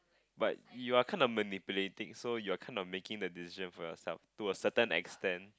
but you are kinda manipulating so you are kind of making the decision for yourself to a certain extent